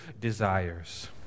desires